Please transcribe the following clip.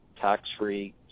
tax-free